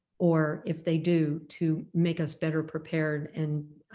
or if they do, to make us better prepared and